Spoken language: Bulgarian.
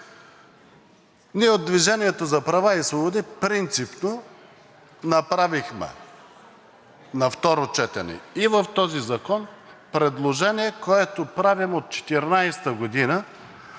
Ние от „Движение за права и свободи“ принципно направихме на второ четене и в този закон предложение, което правим от 2014 г.